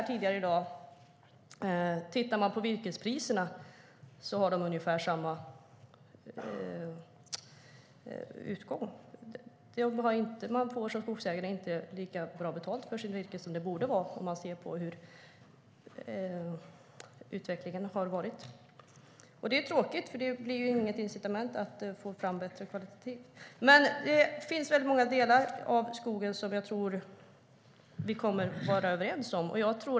Tittar man på virkespriserna har de ungefär samma utveckling. Man får som skogsägare inte lika bra betalt för sitt virke som man borde ha om man ser på hur utvecklingen har varit. Det är tråkigt. Det är inget incitament till att få fram bättre kvalitet. Det finns väldigt många delar av skogen som jag tror att vi kommer att vara överens om.